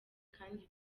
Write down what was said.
kandi